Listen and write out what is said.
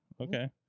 okay